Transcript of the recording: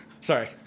sorry